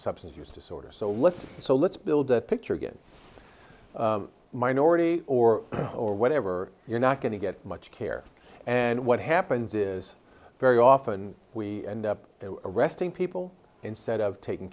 substance use disorder so let's so let's build a picture get minority or or whatever you're not going to get much care and what happens is very often we end up arresting people instead of taking